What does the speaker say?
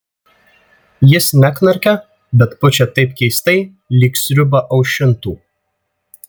jis neknarkia bet pučia taip keistai lyg sriubą aušintų